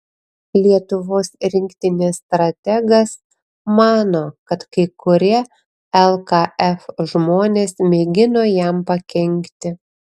lietuvos rinktinės strategas mano kad kai kurie lkf žmonės mėgino jam pakenkti